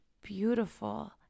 beautiful